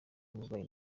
umurwayi